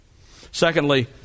Secondly